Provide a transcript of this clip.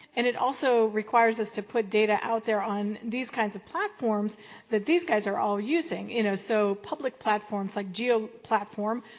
and it also requires us to put data out there on these kinds of platforms that these guys are all using. you know, so public platforms like geo platform,